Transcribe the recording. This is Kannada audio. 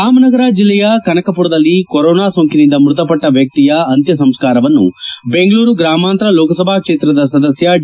ರಾಮನಗರಜಿಲ್ಲೆಯ ಕನಕಪುರದಲ್ಲಿ ಕೊರೋನಾ ಸೋಂಕಿನಿಂದ ಮೃತಪಟ್ಟ ವ್ಯಕ್ತಿಯ ಅಂತ್ಯ ಸಂಸ್ಕಾರವನ್ನು ಬೆಂಗಳೂರು ಗ್ರಾಮಾಂತರ ಲೋಕಸಭಾ ಕ್ಷೇತ್ರದ ಸದಸ್ನ ಡಿ